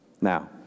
Now